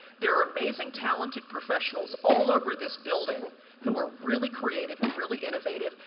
there are amazing, talented professionals all over this building who are really creative and really innovative.